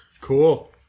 Cool